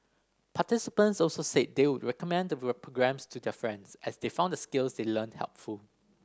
participants also said they would recommend the programmes to their friends as they found the skills they learnt helpful